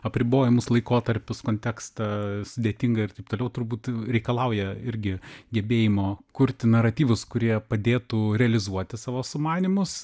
apribojimus laikotarpius kontekstą sudėtingą ir taip toliau turbūt reikalauja irgi gebėjimo kurti naratyvus kurie padėtų realizuoti savo sumanymus